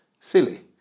silly